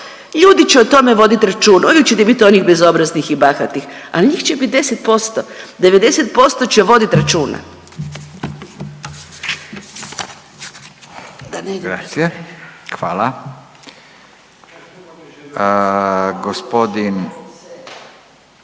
ljudi će o tome voditi računa. Uvijek će biti onih bezobraznih i bahatih, ali njih će biti 10%, 90% će voditi računa.